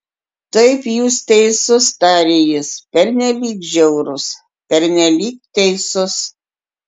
taip jūs teisus tarė jis pernelyg žiaurus pernelyg teisus